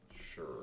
sure